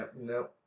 no